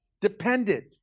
dependent